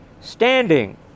standing